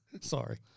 Sorry